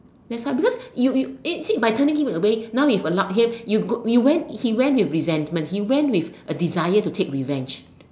that's why because you you and see by turning him away now you allow you have you went he went with revenge he went with a desire to take revenge